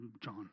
John